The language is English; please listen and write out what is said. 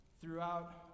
throughout